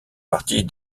partie